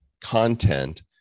content